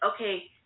okay